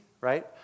right